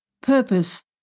purpose